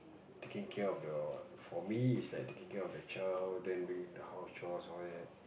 taking care of your for me is like taking care of the child then doing the house chores all that